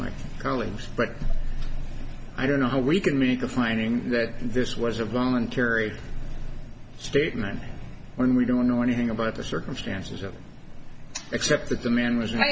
my colleagues but i don't know how we can make a finding that this was a voluntary statement when we don't know anything about the circumstances of it except that the man was